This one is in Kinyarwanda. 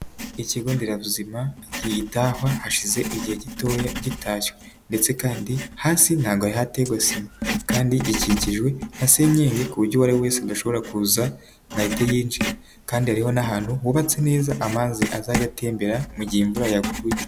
Ikigo nderabuzima kigitahwa hashize igihe gitoya gitashywe ndetse kandi hasi ntabwo hari haterwa sima kandi gikikijwe na senyenge ku buryo uwo ari we wese adashobora kuza ngo ahite yinjira kandi hariho n'ahantu hubatse neza amazi azajya atembera mu gihe imvura yaguye.